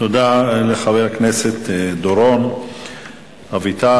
תודה לחבר הכנסת דורון אביטל.